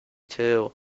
two